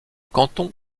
canton